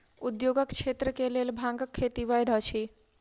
उद्योगक क्षेत्र के लेल भांगक खेती वैध अछि